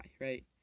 right